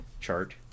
chart